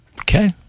Okay